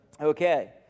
Okay